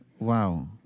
Wow